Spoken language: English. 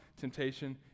temptation